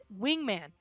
wingman